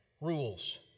rules